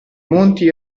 monti